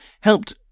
helped